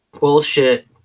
bullshit